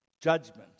judgment